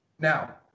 Now